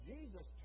Jesus